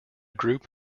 group